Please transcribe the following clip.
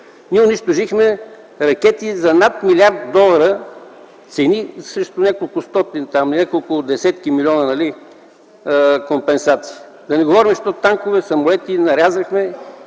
Ние унищожихме ракети за над милиард долара срещу няколко стотина, няколко десетки милиона компенсация. Да не говорим що танкове, самолети нарязахме